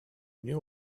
knew